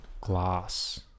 Glass